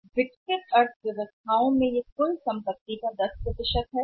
में विकसित अर्थव्यवस्थाओं का मतलब है कि यह कुल संपत्ति का लगभग 10 है